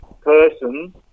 person